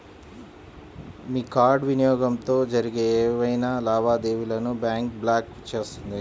మీ card వినియోగంతో జరిగే ఏవైనా లావాదేవీలను బ్యాంక్ బ్లాక్ చేస్తుంది